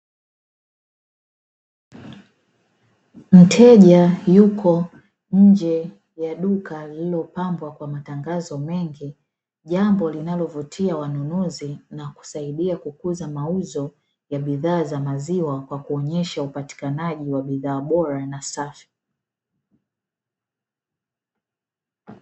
Mteja yupo nje ya duka lililopambwa kwa matangazo mengi, jambo linalowavutia wanunuzi na kusaidia kukuza mauzo za bidhaa zao za maziwa, kwa kuonesha upatikanaji wa bidhaa bora na safi.